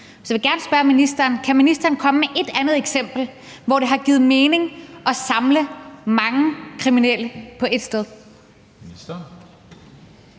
Så jeg vil gerne spørge ministeren: Kan ministeren komme med ét andet eksempel, hvor det har givet mening at samle mange kriminelle på et sted?